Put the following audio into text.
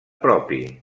propi